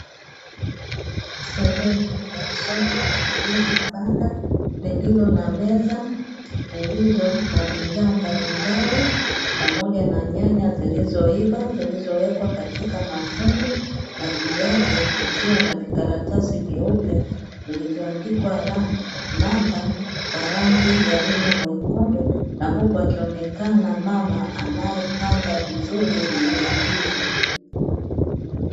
Sehemu ya soko iliyo na banda lililo na meza zilizo na bidhaa mbalimbali pamoja na nyanya zilizoiva zilizowekwa katika mafungu na juu yake kukiwa na vikaratasi vyeupe vilivyoandikwa namba kwa rangi ya wino mwekundu, na huku akionekana mama anayepanga vizuri nyanya hizo.